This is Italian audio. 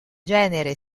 genere